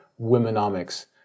womenomics